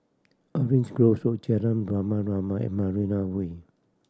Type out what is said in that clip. Orange Grove Road Jalan Rama Rama and Marina Way